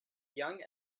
young